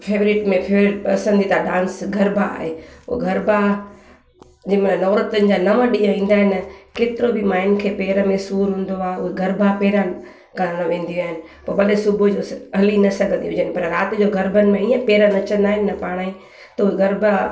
favourite में favourite पसंदीदा dance garba आहे पोइ गरबा जंहिंमहिल नौरातनि जा नव ॾींहं ईंदा आहिनि केतिरो बि माइनि खे पेरनि में सूरु हूंदो आहे उहा गरबा पेरनि करणु वेंदी आहे पोइ भले सुबुह जो हली न सघंदियूं हुजनि पर राति जो गरबनि में ईअं पेर नचंदा आहिनि पाणे त गरबा